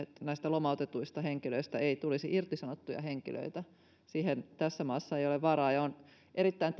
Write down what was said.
näistä lomautetuista henkilöistä ei tulisi irtisanottuja henkilöitä siihen tässä maassa ei ei ole varaa ja on erittäin